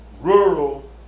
rural